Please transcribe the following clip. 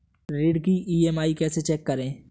ऋण की ई.एम.आई कैसे चेक करें?